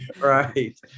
right